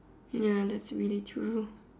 ya that's really true